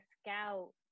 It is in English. Scout